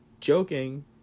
joking